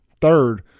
Third